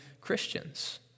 Christians